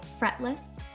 Fretless